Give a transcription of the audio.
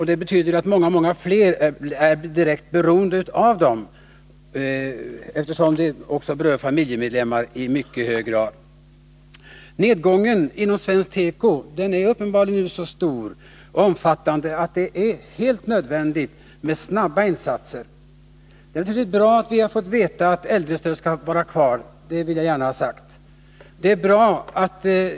Det betyder att många fler är direkt beroende av dessa, eftersom de också i mycket hög grad berör familjemedlemmar. Nedgången inom svensk tekoindustri är uppenbarligen så stor och omfattande att det är helt nödvändigt med snabba insatser. Det är naturligtvis bra att vi fått veta att äldrestödet skall vara kvar — det vill jag gärna ha sagt.